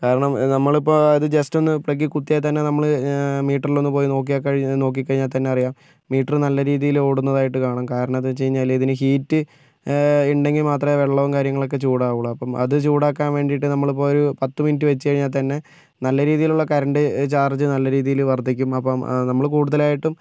കാരണം നമ്മളിപ്പോൾ അത് ജസ്റ്റ് ഒന്ന് പ്ലഗ്ഗിൽ കുത്തിയാൽ തന്നെ നമ്മൾ മീറ്ററില് ഒന്ന് പോയി നോക്കിയാൽ കഴി നോക്കിക്കഴിഞ്ഞാൽ തന്നെ അറിയാം മീറ്റര് നല്ലരീതിയില് ഓടുന്നതായിട്ട് കാണാം കാരണം എന്തെന്ന് വെച്ചു കഴിഞ്ഞാൽ ഇതിനു ഹീറ്റ് ഉണ്ടെങ്കിൽ മാത്രമേ വെള്ളവും കാര്യങ്ങളൊക്കെ ചൂടാകുകയുള്ളൂ അപ്പം അത് ചൂടാക്കാന് വേണ്ടിയിട്ട് നമ്മൾ ഇപ്പോൾ ഒരു പത്ത് മിനിട്ട് വെച്ച് കഴിഞ്ഞാൽ തന്നെ നല്ല രീതിയിലുള്ള കറണ്ട് ചാര്ജ് നല്ലരീതിയില് വര്ദ്ധിക്കും അപ്പം നമ്മൾ കൂടുതലായിട്ടും